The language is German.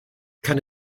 kann